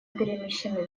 перемещены